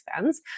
fans